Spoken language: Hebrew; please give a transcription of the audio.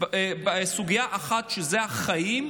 סוגיה אחת, החיים,